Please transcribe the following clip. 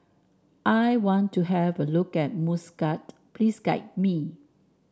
I want to have a look at Muscat please guide me